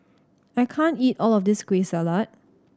I can't eat all of this Kueh Salat